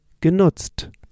genutzt